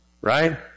right